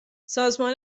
سازمان